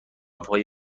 وفای